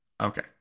Okay